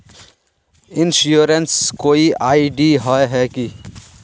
Insurance कोई ID होय है की?